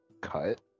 cut